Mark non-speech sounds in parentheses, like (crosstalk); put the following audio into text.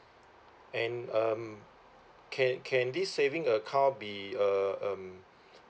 and um can can this saving account be a um (breath)